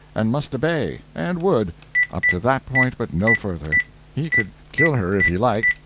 and must obey, and would up to that point, but no further he could kill her if he liked,